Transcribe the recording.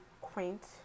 quaint